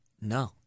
No